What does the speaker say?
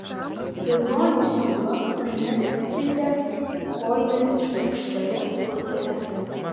vilnonį siūlą užmegzkite kojinės išvirkščioje pusėje